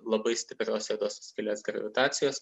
labai stiprios juodosios skylės gravitacijos